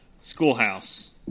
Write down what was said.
schoolhouse